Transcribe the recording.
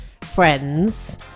friends